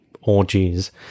orgies